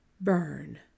burn